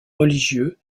religieux